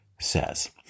says